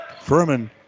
Furman